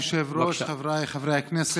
אדוני היושב-ראש, חבריי חברי הכנסת,